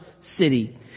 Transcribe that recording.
city